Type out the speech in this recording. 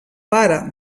pare